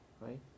right